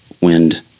wind